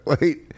Wait